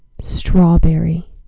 strawberry